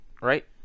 Right